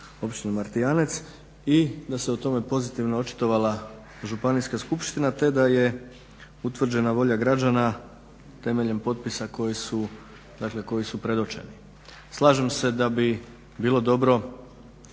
Općine Martijanec i da se o tome pozitivno očitovala Županijska skupština te da je utvrđena volja građana temeljem potpisa koji su predočeni. Slažem se da bi bilo dobro